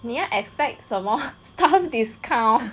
你要 expect 什么 staff discount